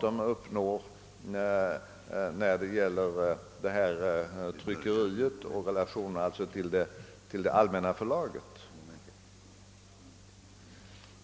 som uppnås vad beträffar tryckeriet i övrigt och relationerna till det allmänna förlaget.